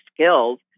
skills